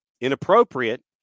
inappropriate